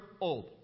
old